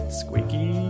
squeaky